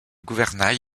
gouvernail